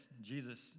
Jesus